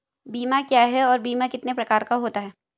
बीमा क्या है और बीमा कितने प्रकार का होता है?